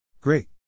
Great